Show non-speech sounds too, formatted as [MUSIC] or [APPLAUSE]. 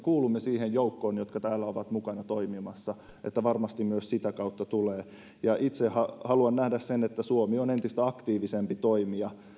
[UNINTELLIGIBLE] kuulumme siihen joukkoon joka täällä on mukana toimimassa niin että varmasti myös sitä kautta tulee hyötyä itse haluan nähdä sen että suomi on entistä aktiivisempi toimija